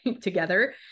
together